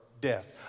death